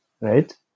right